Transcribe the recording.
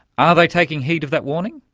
are they taking heed of that warning?